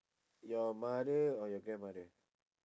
your mother or your grandmother